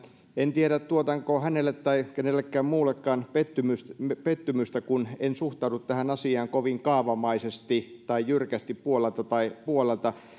en tiedä tuotanko hänelle tai kenellekään muullekaan pettymystä pettymystä kun en suhtaudu tähän asiaan kovin kaavamaisesti tai jyrkästi puolelta tai puolelta minusta